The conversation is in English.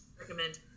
recommend